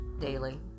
daily